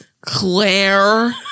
Claire